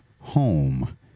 Home